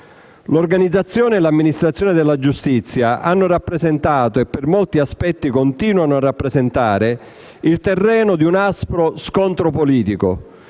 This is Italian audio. L'organizzazione e l'amministrazione della giustizia hanno rappresentato - e per molto aspetti continuano a rappresentare - il terreno di un aspro scontro politico